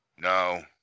No